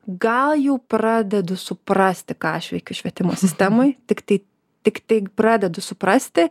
gal jau pradedu suprasti ką aš veikiu švietimo sistemoj tiktai tiktai pradedu suprasti